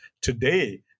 today